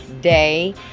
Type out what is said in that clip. day